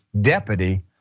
deputy